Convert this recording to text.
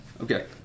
Okay